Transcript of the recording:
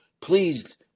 please